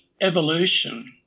evolution